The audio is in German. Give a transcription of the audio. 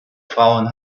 frauen